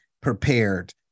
prepared